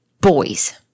boys